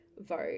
Vote